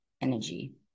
energy